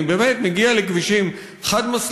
אני באמת מגיע לכבישים חד-מסלוליים.